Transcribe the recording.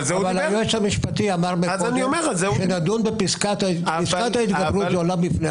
אבל היועץ המשפטי אמר קודם פסקת ההתגברות היא עולם בפני עצמו.